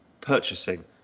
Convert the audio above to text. purchasing